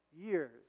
years